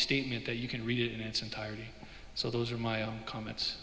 statement that you can read it in its entirety so those are my comments